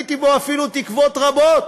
תליתי בו אפילו תקוות רבות,